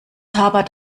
hapert